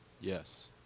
yes